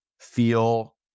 feel